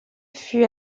fut